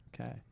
okay